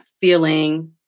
feeling